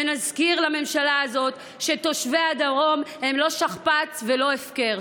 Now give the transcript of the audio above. ונזכיר לממשלה הזאת שתושבי הדרום הם לא שכפ"ץ ולא הפקר.